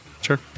Sure